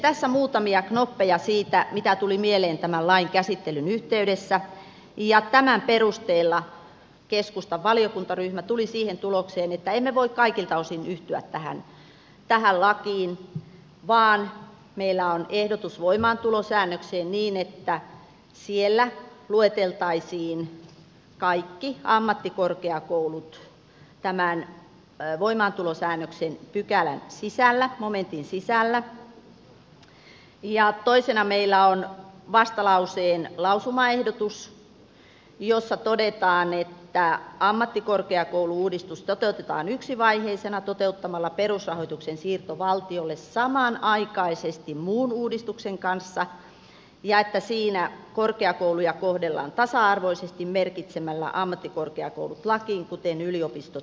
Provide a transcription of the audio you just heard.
tässä muutamia knoppeja siitä mitä tuli mieleen tämän lain käsittelyn yhteydessä ja tämän perusteella keskustan valiokuntaryhmä tuli siihen tulokseen että emme voi kaikilta osin yhtyä tähän lakiin vaan meillä on ehdotus voimaantulosäännökseen niin että siellä lueteltaisiin kaikki ammattikorkeakoulut tämän voimaantulosäännöksen pykälän sisällä momentin sisällä ja toisena meillä on vastalauseen lausumaehdotus jossa todetaan että ammattikorkeakoulu uudistus toteutetaan siirtämällä perusrahoitus valtiolle samanaikaisesti muun uudistuksen kanssa ja että korkeakouluja kohdellaan tasa arvoisesti merkitsemällä ammattikorkeakoulut lakiin kuten yliopistot yliopistolaissa